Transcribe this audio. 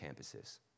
campuses